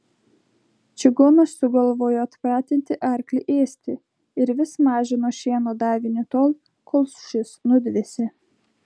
čigonas sugalvojo atpratinti arklį ėsti ir vis mažino šieno davinį tol kol šis nudvėsė